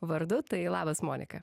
vardu tai labas monika